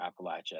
Appalachia